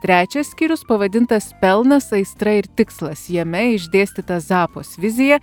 trečias skyrius pavadintas pelnas aistra ir tikslas jame išdėstyta zappos vizija